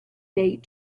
date